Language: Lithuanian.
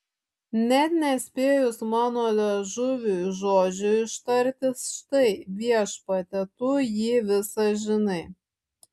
net nespėjus mano liežuviui žodžio ištarti štai viešpatie tu jį visą žinai